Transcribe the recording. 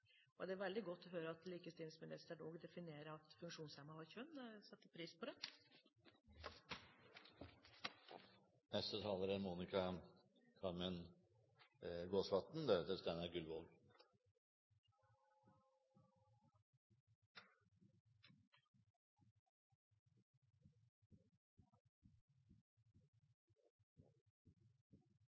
Det er veldig godt å høre at likestillingsministeren også definerer at funksjonshemmede har kjønn. Det setter jeg pris på.